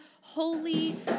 holy